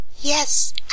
Yes